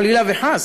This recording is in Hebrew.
חלילה וחס,